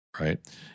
right